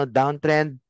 downtrend